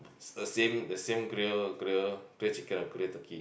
the same the same grill grill grill chicken or grill turkey